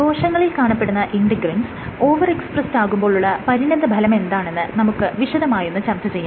കോശങ്ങളിൽ കാണപ്പെടുന്ന integrins over expressed ആകുമ്പോൾ ഉള്ള പരിണിത ഫലമെന്താണെന്ന് നമുക്ക് വിശദമായൊന്ന് ചർച്ച ചെയ്യാം